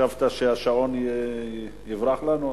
חשבת שהשעון יברח לנו?